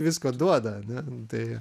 visko duoda ane tai